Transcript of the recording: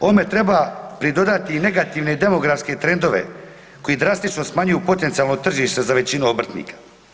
Ovome treba pridodati i negativne demografske trendove koji drastično smanjuju potencijalno tržište za većinu obrtnika.